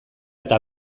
eta